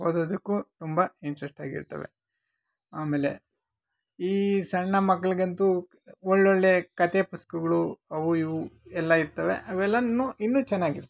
ಓದೋದಕ್ಕೂ ತುಂಬ ಇಂಟ್ರೆಸ್ಟಾಗಿರ್ತವೆ ಆಮೇಲೆ ಈ ಸಣ್ಣ ಮಕ್ಳಿಗಂತೂ ಒಳ್ಳೊಳ್ಳೆಯ ಕಥೆ ಪುಸ್ತಕಗಳು ಅವು ಇವು ಎಲ್ಲ ಇರ್ತವೆ ಅವೆಲ್ಲಾನು ಇನ್ನೂ ಚೆನ್ನಾಗಿರ್ತವೆ